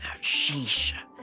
Sheesh